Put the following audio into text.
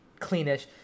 cleanish